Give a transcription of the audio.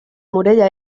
morella